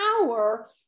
power